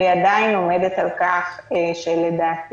אני עדיין עומדת על כך שדעתי,